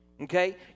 okay